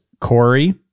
Corey